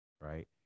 right